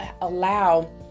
allow